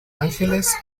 ángeles